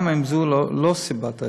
גם אם זו לא סיבת האשפוז,